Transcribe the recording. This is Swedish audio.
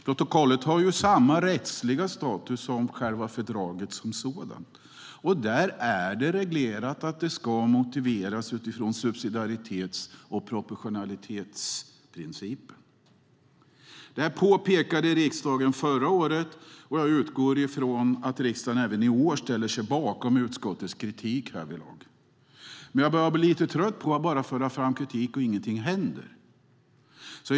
Protokollet har samma rättsliga status som fördraget som sådant, och där är det reglerat att det ska motiveras utifrån subsidiaritets och proportionalitetsprinciperna. Jag påpekade detta i riksdagen förra året, och jag utgår från att riksdagen även i år ställer sig bakom utskottets kritik härvidlag. Men jag börjar bli lite trött på att bara föra fram kritik utan att någonting händer.